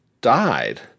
died